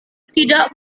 tidak